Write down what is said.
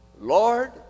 Lord